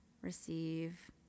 receive